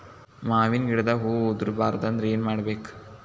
ಮಾವಿನ ಗಿಡದಾಗ ಹೂವು ಉದುರು ಬಾರದಂದ್ರ ಏನು ಮಾಡಬೇಕು?